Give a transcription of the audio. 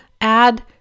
add